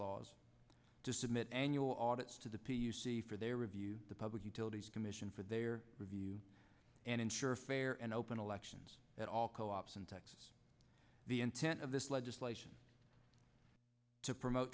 laws to submit annual audit to the p u c for their review the public utilities commission for their review and ensure a fair and open elections at all co ops in texas the intent of this legislation to promote